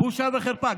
בושה וחרפה.